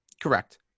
Correct